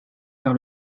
par